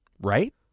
right